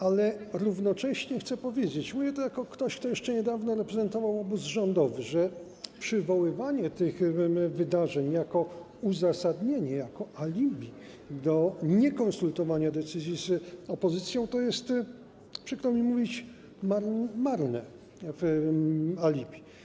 Ale równocześnie chcę powiedzieć - mówię to jako ktoś, kto jeszcze niedawno reprezentował obóz rządowy - że przywoływanie tych wydarzeń jako uzasadnienie, jako alibi, by nie konsultować decyzji z opozycją, to jest, przykro mi to mówić, marne alibi.